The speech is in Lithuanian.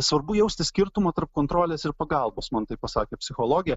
svarbu jausti skirtumą tarp kontrolės ir pagalbos man taip pasakė psichologė